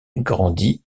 grandit